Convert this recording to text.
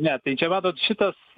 ne tai čia matot šitas